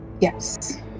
Yes